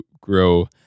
grow